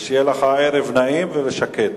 שיהיה לך ערב נעים ושקט.